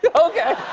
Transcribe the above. yeah okay.